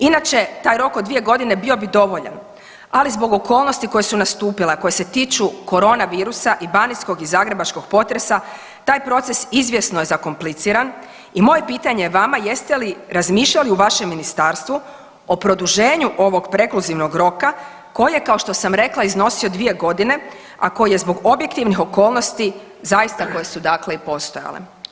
Inače, taj rok od 2 godine bio bi dovoljan, ali zbog okolnosti koje su nastupile, a koje se tiču koronavirusa i banijskog i zagrebačkog potresa, taj proces izvjesno je zakompliciran i moje pitanje vama jeste li razmišljali u vašem Ministarstvu o produženju ovog prekluzivnog roka kojeg, kao što sam rekla, iznosio 2 godine, a koji je zbog objektivnih okolnosti zaista koje su dakle i postojale.